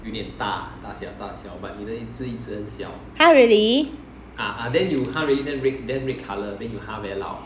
!huh! really